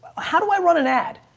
how do i run an ad?